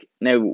now